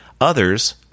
Others